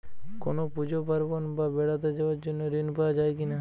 কোনো পুজো পার্বণ বা বেড়াতে যাওয়ার জন্য ঋণ পাওয়া যায় কিনা?